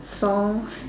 songs